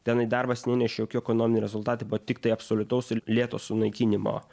tenai darbas nenešė jokių ekonominių rezultatų tai buvo tiktai absoliutaus ir lėto sunaikinimo